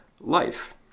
life